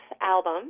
album